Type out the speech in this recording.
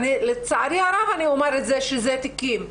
לצערי הרב אני אומר שזה תיקים,